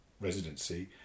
residency